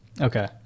okay